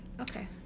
Okay